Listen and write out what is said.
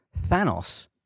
Thanos